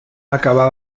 acabà